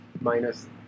minus